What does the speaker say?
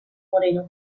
moreno